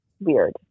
weird